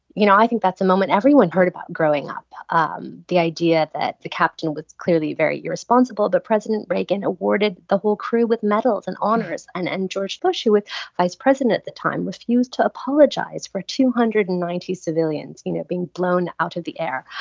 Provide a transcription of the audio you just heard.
you know, i think that's a moment everyone heard about growing up um the idea that the captain was clearly very irresponsible. but president reagan awarded the whole crew with medals and honors. and and george bush, who was vice president at the time, refused to apologize for two hundred and ninety civilians, you know, being blown out of the air.